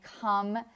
come